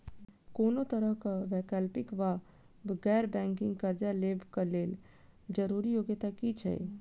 कोनो तरह कऽ वैकल्पिक वा गैर बैंकिंग कर्जा लेबऽ कऽ लेल जरूरी योग्यता की छई?